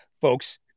folks